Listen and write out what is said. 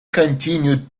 continued